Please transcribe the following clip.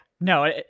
No